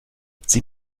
sie